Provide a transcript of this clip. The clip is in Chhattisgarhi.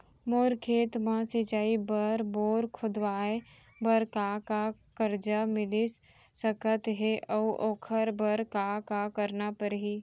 मोर खेत म सिंचाई बर बोर खोदवाये बर का का करजा मिलिस सकत हे अऊ ओखर बर का का करना परही?